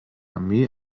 armee